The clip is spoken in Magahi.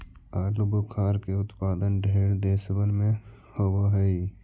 आलूबुखारा के उत्पादन ढेर देशबन में होब हई